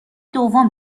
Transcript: دوم